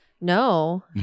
No